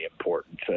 important